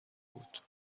بود